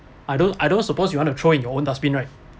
I don't I don't suppose you want to throw in your own dustbin right